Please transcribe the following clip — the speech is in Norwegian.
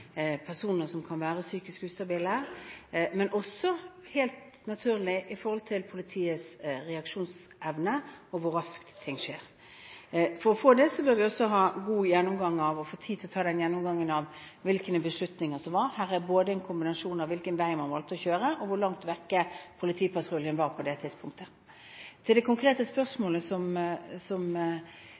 personer som kan være psykisk ustabile, men også – helt naturlig – når det gjelder politiets reaksjonsevne og hvor raskt ting skjer. For å lære av dette bør vi også ta oss tid til å ta en god gjennomgang av hvilke beslutninger som ble tatt, for her er en kombinasjon av hvilken vei man valgte å kjøre og hvor langt vekk politipatruljen var på det aktuelle tidspunktet. Til det konkrete spørsmålet som